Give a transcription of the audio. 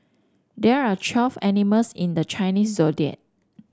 there are twelve animals in the Chinese Zodiac